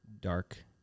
dark